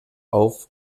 auf